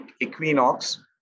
Equinox